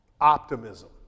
Optimism